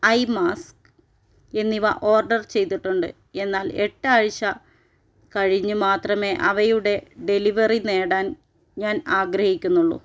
I mask എന്നിവ order ചെയ്തിട്ടുണ്ട് എന്നാൽ എട്ട് ആഴ്ച്ച കഴിഞ്ഞ് മാത്രമേ അവയുടെ ഡെലിവറി നേടാൻ ഞാൻ ആഗ്രഹിക്കുന്നുള്ളു